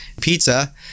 pizza